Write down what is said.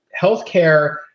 healthcare